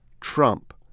Trump